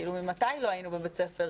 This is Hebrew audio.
כאילו ממתי לא היינו בבית ספר?